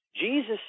Jesus